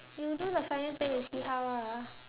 you do the finance then you see how ah